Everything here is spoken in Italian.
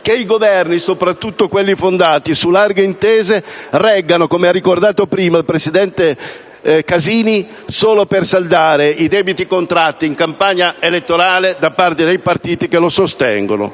che i Governi, soprattutto quelli fondati su larghe intese, reggano, come ha ricordato prima il presidente Casini, solo per saldare i debiti contratti in campagna elettorale da parte dei partiti che li sostengono.